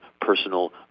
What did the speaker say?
personal